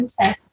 Okay